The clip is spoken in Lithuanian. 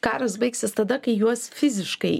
karas baigsis tada kai juos fiziškai